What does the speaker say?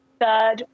third